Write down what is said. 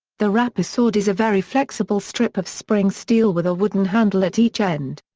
the rapper sword is a very flexible strip of spring-steel with a wooden handle at each end.